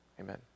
Amen